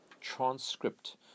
transcript